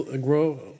grow